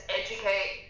educate